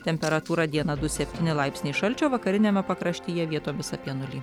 temperatūra dieną du septyni laipsniai šalčio vakariniame pakraštyje vietomis apie nulį